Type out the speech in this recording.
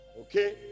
Okay